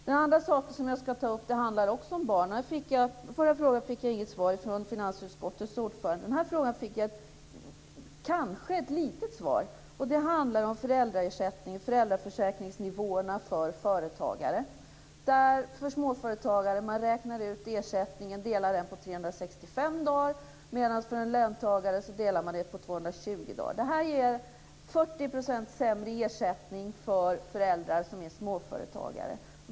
Den andra sak som jag ska ta upp handlar också om barn. Jag fick inget svar från finansutskottets ordförande på den förra frågan. På den här frågan fick jag kanske ett litet svar. Det handlar om föräldraersättning, om föräldraförsäkringsnivåerna för företagare. För småföretagare räknar man ut ersättningen och delar på 365 dagar medan man för en löntagare delar på 220 dagar. Det ger 40 % sämre ersättning för föräldrar som är småföretagare.